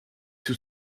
sous